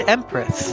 Empress